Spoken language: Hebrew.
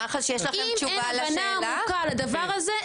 אם אין הבנה עמוקה לדבר הזה,